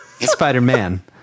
Spider-Man